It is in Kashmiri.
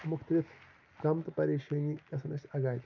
مختلف غم تہٕ پریشٲنی گژھیٚن اسہِ اَگادِ